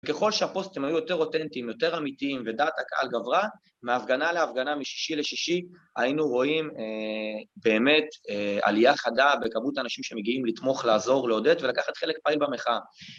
ככל שהפוסטים היו יותר אותנטיים, יותר אמיתיים, ודעת הקהל גברה, מהפגנה להפגנה, משישי לשישי, היינו רואים באמת עלייה חדה בכמות האנשים שמגיעים לתמוך, לעזור, לעודד ולקחת חלק פעיל במחאה.